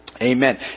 Amen